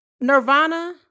Nirvana